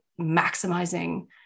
maximizing